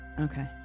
okay